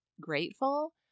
grateful